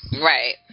Right